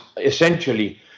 essentially